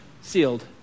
sealed